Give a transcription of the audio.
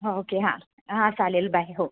okay हा हा चालेल बाय हो